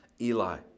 Eli